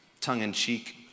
tongue-in-cheek